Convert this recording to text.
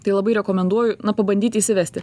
tai labai rekomenduoju na pabandyti įsivesti